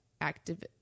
active